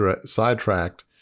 sidetracked